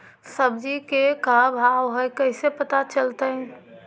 सब्जी के का भाव है कैसे पता चलतै?